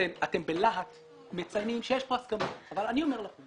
אתם בלהט מציינים שיש כאן הסכמות אבל אני אומר לכם